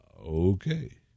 Okay